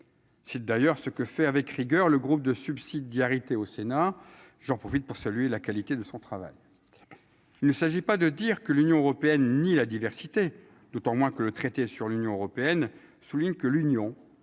C'est d'ailleurs ce que fait avec rigueur, le groupe de subsidiarité au Sénat, j'en profite pour saluer la qualité de son travail, il ne s'agit pas de dire que l'Union européenne, ni la diversité d'autant moins que le traité sur l'Union européenne, souligne que l'Union respecte